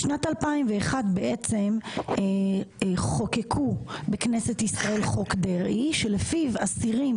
בשנת 2001 חוקקו בכנסת ישראל חוק דרעי שלפיו אסירים